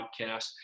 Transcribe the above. podcast